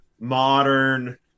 modern